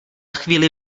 chvíli